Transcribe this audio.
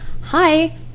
Hi